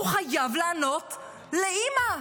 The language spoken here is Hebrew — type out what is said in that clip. הוא חייב לענות לאימא.